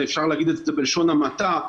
אפשר להגיד את זה בלשון המעטה,